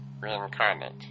reincarnate